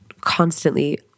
constantly